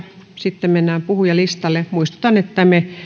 sitten mennään puhujalistalle muistutan että me käytämme tähän